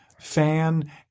fan